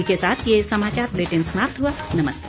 इसके साथ ये समाचार बुलेटिन समाप्त हुआ नमस्कार